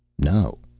no.